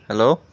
hello